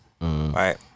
Right